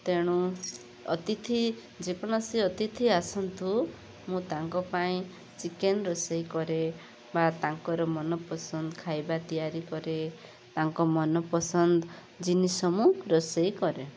ତେଣୁ ଅତିଥି ଯେ କୌଣସି ଅତିଥି ଆସନ୍ତୁ ମୁଁ ତାଙ୍କ ପାଇଁ ଚିକେନ୍ ରୋଷେଇ କରେ ବା ତାଙ୍କର ମନ ପସନ୍ଦ ଖାଇବା ତିଆରି କରେ ତାଙ୍କ ମନ ପସନ୍ଦ ଜିନିଷ ମୁଁ ରୋଷେଇ କରେ